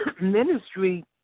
ministry